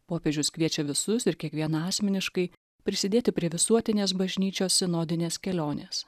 popiežius kviečia visus ir kiekvieną asmeniškai prisidėti prie visuotinės bažnyčios sinodinės kelionės